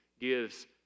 gives